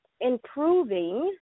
improving